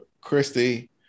Christy